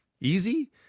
easy